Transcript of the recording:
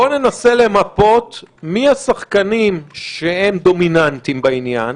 בוא ננסה למפות מי השחקנים שדומיננטיים בעניין,